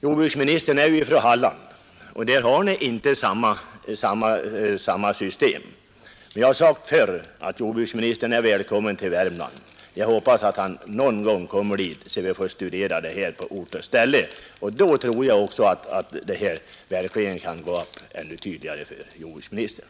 Jordbruksministern är ju från Halland, och där har man inte samma problem, men jag har sagt förr att jordbruksministern är välkommen till Värmland. Jag hoppas att han någon gång kommer dit så att vi tillsammans får studera förhållandena på ort och ställe. Då tror jag att problemet ocksu kommer att framstå ännu tydligare för jordbruksministern.